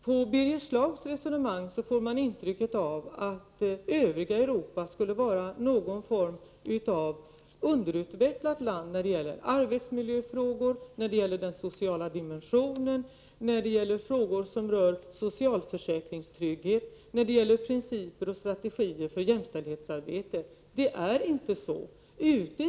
Man får intrycket av Birger Schlaugs resonemang att det övriga Europa skulle vara någon form av underutvecklat land när det gäller arbetsmiljöfrågor, den sociala dimensionen, socialförsäkringstrygghet och principer och strategier för jämställdhetsarbetet. Men det är inte så.